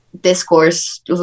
discourse